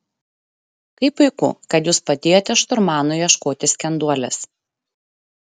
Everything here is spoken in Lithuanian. kaip puiku kad jūs padėjote šturmanui ieškoti skenduolės